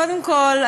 קודם כול,